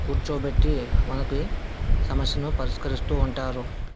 కూర్చోబెట్టి మనకి సమస్యని పరిష్కరిస్తూ ఉంటారు